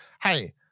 hey